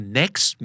next